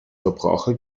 verbraucher